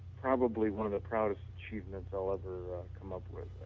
probably one of the proudest achievement i'll ever come up with